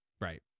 Right